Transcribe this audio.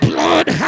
Blood